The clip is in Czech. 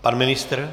Pan ministr?